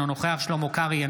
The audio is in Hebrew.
אינו נוכח שלמה קרעי,